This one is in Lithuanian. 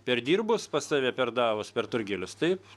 perdirbus pas save perdavus per turgelius taip